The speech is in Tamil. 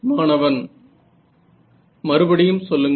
மாணவன் மறுபடியும் சொல்லுங்கள்